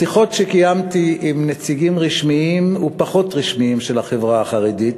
בשיחות שקיימתי עם נציגים רשמיים ופחות רשמיים של החברה החרדית,